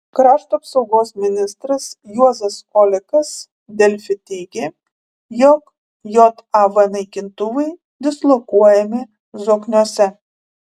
krašto apsaugos ministras juozas olekas delfi teigė jog jav naikintuvai dislokuojami zokniuose